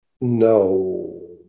No